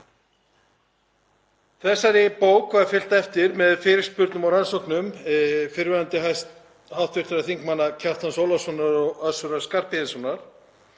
Þessari bók var fylgt eftir með fyrirspurnum og rannsóknum fyrrverandi hv. þingmanna, Kjartans Ólafssonar og Össurar Skarphéðinssonar.